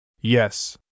Yes